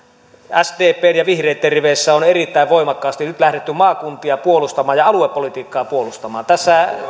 sdpn ja vihreitten riveissä on erittäin voimakkaasti nyt lähdetty maakuntia ja aluepolitiikkaa puolustamaan